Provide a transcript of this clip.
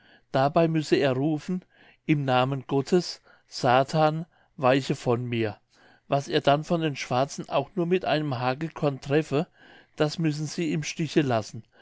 dabei müsse er rufen im namen gottes satan weiche von mir was er dann von den schwarzen auch nur mit einem hagelkorn treffe das müssen sie im stiche lassen